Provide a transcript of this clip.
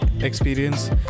experience